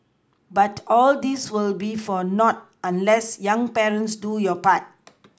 but all this will be for nought unless young parents do your part